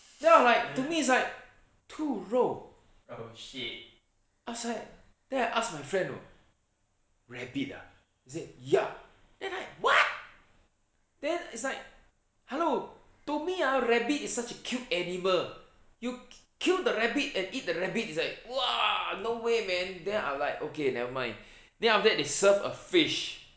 then I'm like to me it's like 兔肉 I was like then I ask my friend you know rabbit ah he said ya then I what then it's like hello to me ah rabbit is such a cute animal you ki~ kill the rabbit and eat the rabbit is like !wah! no way man then I'm like okay never mind then after that they serve a fish